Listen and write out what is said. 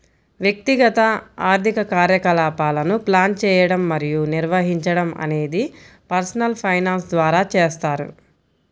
వ్యక్తిగత ఆర్థిక కార్యకలాపాలను ప్లాన్ చేయడం మరియు నిర్వహించడం అనేది పర్సనల్ ఫైనాన్స్ ద్వారా చేస్తారు